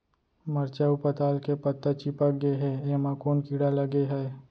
मरचा अऊ पताल के पत्ता चिपक गे हे, एमा कोन कीड़ा लगे है?